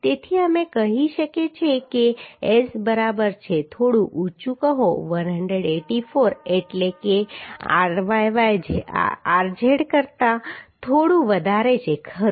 તેથી અમે કહી શકીએ કે S બરાબર છે થોડું ઊંચું કહો 184 એટલે કે ryy rz કરતાં થોડું વધારે છે ખરું